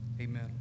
Amen